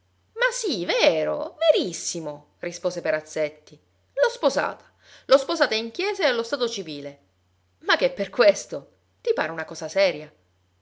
ma sì vero verissimo rispose perazzetti l'ho sposata l'ho sposata in chiesa e allo stato civile ma che per questo ti pare una cosa seria